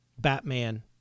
Batman